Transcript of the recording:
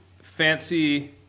fancy